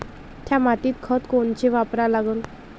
थ्या मातीत खतं कोनचे वापरा लागन?